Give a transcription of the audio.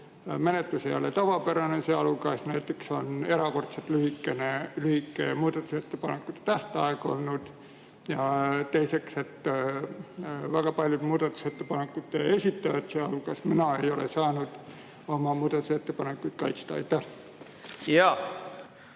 menetlus ei ole tavapärane, sealhulgas näiteks on erakordselt lühike muudatusettepanekute tähtaeg olnud. Ja teiseks: väga paljud muudatusettepanekute esitajad, sealhulgas mina, ei ole saanud oma muudatusettepanekuid kaitsta. Jaa,